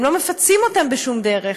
הם לא מפצים אותם בשום דרך.